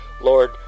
Lord